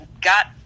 got